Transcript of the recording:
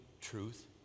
truth